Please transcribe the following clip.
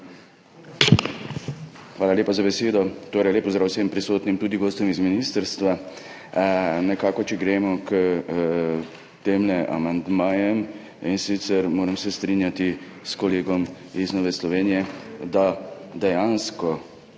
Hvala lepa za besedo. Lep pozdrav vsem prisotnim, tudi gostom z ministrstva! Če gremo k tem amandmajem, in sicer se moram strinjati s kolegom iz Nove Slovenije, da je dejansko